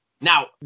Now